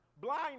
blind